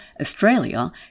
Australia